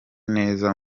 neza